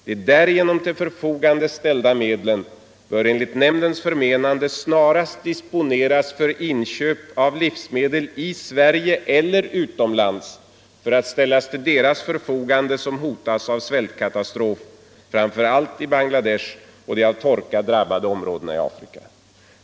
De därigenom till förfogande ställda medlen bör enligt nämndens förmenande snarast disponeras för inköp av livsmedel i Sverige eller utomlands för att ställas till deras förfogande som hotas av svältkatastrof, framför allt i Bangladesh och de av torka drabbade områdena i Afrika.